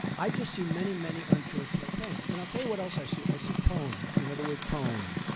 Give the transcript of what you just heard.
i just see many, many untruthful things. and i tell you what else i see. i see tone. you know the word tone.